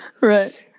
Right